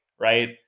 Right